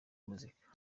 muzika